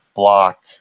block